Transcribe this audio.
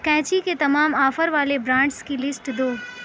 قینچی کے تمام آفر والے برانڈس کی لسٹ دو